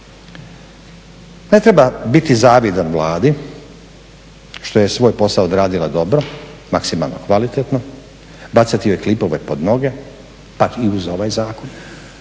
Ne treba biti zavidan Vladi što je svoj posao odradila dobro, maksimalno kvalitetno, bacati joj klipove pod noge pa i uz ovaj zakon,